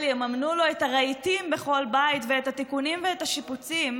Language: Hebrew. יממנו לו את הרהיטים בכל בית ואת התיקונים ואת השיפוצים,